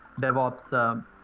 DevOps